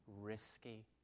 risky